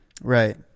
Right